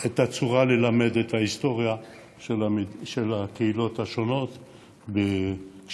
את הצורה ללימוד את ההיסטוריה של הקהילות השונות כשמדברים.